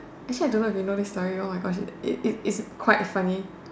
actually I don't know if you know this story oh my gosh it it it's quite funny